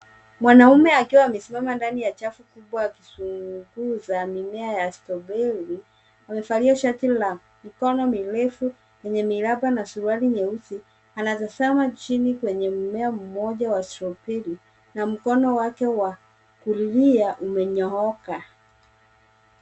Mwanaume akiwa amesimama ndani ya chafu kubwa akichunguza mime ya strawberry , amevalia shati la mikono mirefu yenye miraba na suruali nyeusi, anatazma chini kwenye mmea mmoja wa strawberry na mkono wake wa kulia umenyooka.